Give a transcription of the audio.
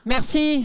Merci